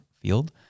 field